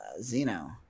Zeno